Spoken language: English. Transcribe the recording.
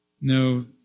no